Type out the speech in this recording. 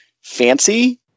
fancy